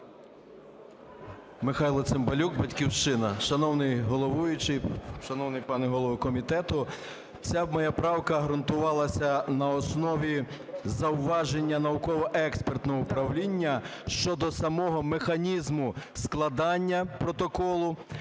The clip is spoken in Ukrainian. Михайло Цимбалюк, "Батьківщина". Шановний головуючий, шановний пане голово комітету! Ця моя правка ґрунтувалася на основі зауваження науково-експертного управління щодо самого механізму складання протоколу,